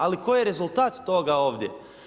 Ali koji je rezultat toga ovdje?